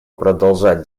продолжать